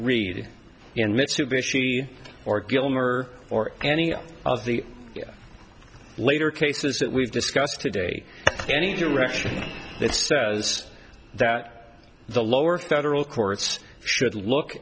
read in mitsubishi or gilmer or any of the later cases that we've discussed today any direction that says that the lower federal courts should look